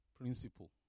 principle